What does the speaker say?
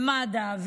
ומד"א,